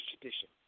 tradition